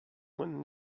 when